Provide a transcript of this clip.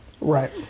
Right